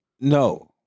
No